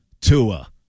Tua